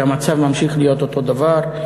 והמצב ממשיך להיות אותו דבר,